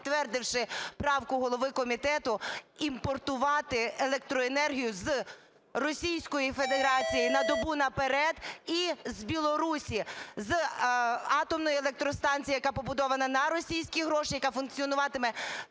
підтвердивши правку голови комітету, імпортувати електроенергію з Російської Федерації на добу наперед із Білорусі з атомної електростанції, яка побудована на російські гроші, яка функціонуватиме